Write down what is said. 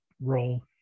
role